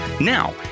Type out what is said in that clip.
Now